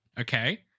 Okay